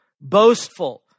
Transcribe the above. boastful